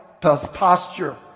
Posture